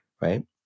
right